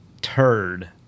turd